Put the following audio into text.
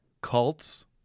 cults